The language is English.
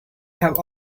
have